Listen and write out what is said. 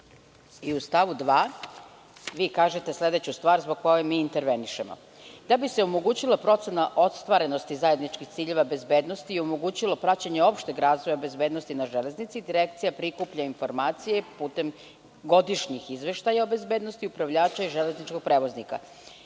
U stavu 2. vi kažete sledeću stvar zbog koje mi intervenišemo: „Da bi se omogućila procena ostvarenosti zajedničkih ciljeva bezbednosti i omogućilo praćenje opšteg razvoja bezbednosti na železnici, Direkcija prikuplja informacije putem godišnjih izveštaja o bezbednosti upravljača i železničkih prevoznika.“Pošto